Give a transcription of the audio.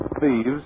Thieves